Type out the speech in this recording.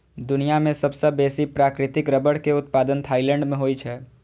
दुनिया मे सबसं बेसी प्राकृतिक रबड़ के उत्पादन थाईलैंड मे होइ छै